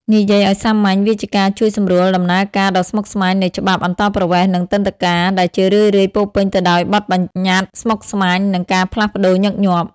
និយាយឱ្យសាមញ្ញ វាជាការជួយសម្រួលដំណើរការដ៏ស្មុគស្មាញនៃច្បាប់អន្តោប្រវេសន៍ និងទិដ្ឋាការ ដែលជារឿយៗពោរពេញទៅដោយបទប្បញ្ញត្តិស្មុគស្មាញ និងការផ្លាស់ប្តូរញឹកញាប់។